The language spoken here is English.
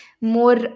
more